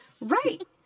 right